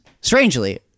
strangely